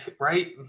Right